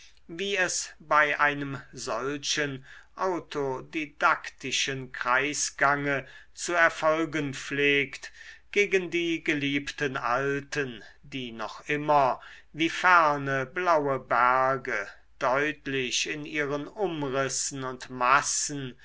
wie es bei einem solchen autodidaktischen kreisgange zu erfolgen pflegt gegen die geliebten alten die noch immer wie ferne blaue berge deutlich in ihren umrissen und massen